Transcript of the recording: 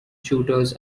shooters